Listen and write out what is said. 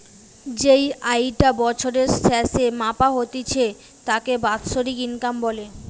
যেই আয়ি টা বছরের স্যাসে মাপা হতিছে তাকে বাৎসরিক ইনকাম বলে